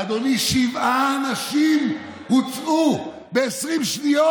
אדוני, שבעה אנשים הוצאו ב-20 שניות.